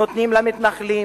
נותנים למתנחלים,